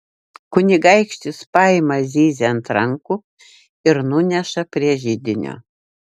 kunigaikštis paima zyzią ant rankų ir nuneša prie židinio